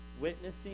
witnessing